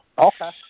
Okay